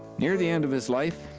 near the end of his life,